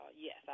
Yes